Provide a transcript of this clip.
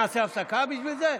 נעשה הפסקה בשביל זה?